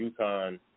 UConn